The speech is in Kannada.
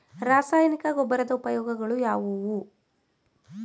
ರಾಸಾಯನಿಕ ಗೊಬ್ಬರದ ಉಪಯೋಗಗಳು ಯಾವುವು?